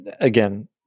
again